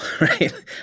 right